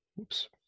Oops